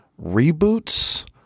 reboots